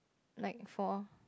like for